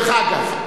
דרך אגב,